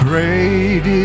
Great